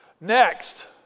Next